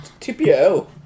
TPO